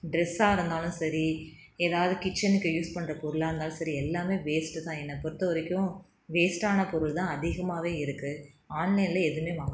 ட்ரெஸ்ஸாக இருந்தாலும் சரி எதாவது கிச்சனுக்கு யூஸ் பண்ணுற பொருளாக இருந்தாலும் சரி எல்லாமே வேஸ்ட்டு தான் என்னை பொறுத்தவரைக்கும் வேஸ்ட்டான பொருள் தான் அதிகமாகவே இருக்குது ஆன்லைனில் எதுவுமே வாங்க